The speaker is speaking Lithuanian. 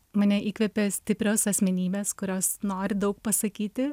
mane įkvepia stiprios asmenybės kurios nori daug pasakyti